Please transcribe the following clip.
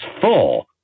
four